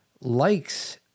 likes